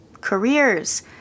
careers